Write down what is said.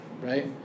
right